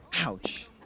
Ouch